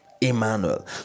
Emmanuel